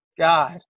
God